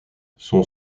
son